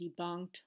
debunked